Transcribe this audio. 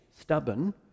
stubborn